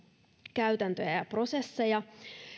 käytäntöjä ja prosesseja